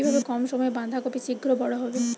কিভাবে কম সময়ে বাঁধাকপি শিঘ্র বড় হবে?